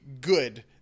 good